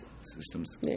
systems